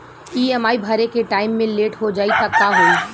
EMI भरे के time मे लेट हो जायी त का होई?